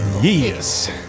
Yes